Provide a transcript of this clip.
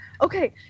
okay